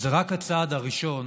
זה רק הצעד הראשון